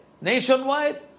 nationwide